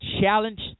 challenge